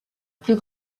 plus